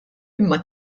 imma